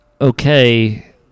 okay